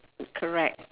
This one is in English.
correct